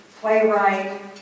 playwright